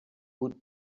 would